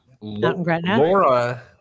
Laura